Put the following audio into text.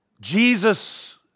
Jesus